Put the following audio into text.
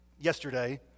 yesterday